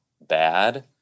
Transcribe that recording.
bad